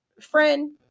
friend